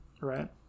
Right